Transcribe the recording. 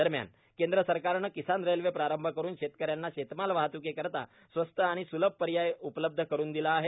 दरम्यान केंद्र सरकारने किसान रेल प्रारंभ करून शेतकऱ्यांना शेतमाल वाहतुकीकरिता स्वस्त आणि सुलभ पर्याय उपलब्ध करून दिला आहे